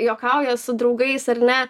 juokauja su draugais ar ne